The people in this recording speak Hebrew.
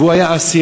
והוא היה אסיר,